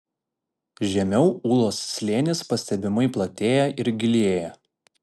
žemiau ūlos slėnis pastebimai platėja ir gilėja